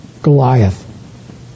Goliath